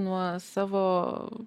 nuo savo